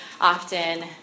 often